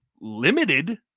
limited